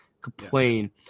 complain